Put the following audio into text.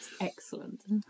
excellent